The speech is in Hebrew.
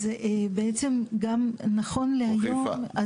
אז בעצם נכון להיום,